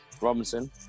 Robinson